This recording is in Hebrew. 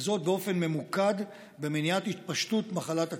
וזאת באופן ממוקד למניעת התפשטות מחלת הכלבת.